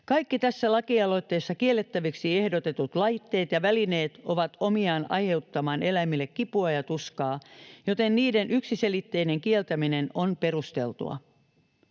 Kaikki tässä lakialoitteessa kiellettäviksi ehdotetut laitteet ja välineet ovat omiaan aiheuttamaan eläimille kipua ja tuskaa, joten niiden yksiselitteinen kieltäminen on perusteltua.